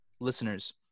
listeners